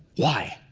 why?